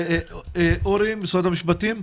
אורי ממשרד המשפטים,